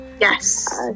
Yes